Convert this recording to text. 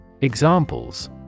Examples